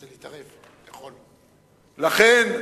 לכן,